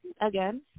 again